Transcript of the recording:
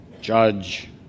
judge